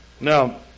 Now